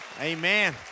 Amen